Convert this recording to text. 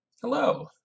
Hello